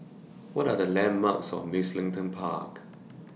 What Are The landmarks near Mugliston Park